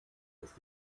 ist